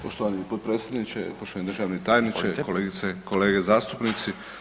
Poštovani potpredsjedniče, poštovani državni tajniče, kolegice i kolege zastupnici.